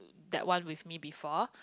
that one with me before